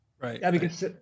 Right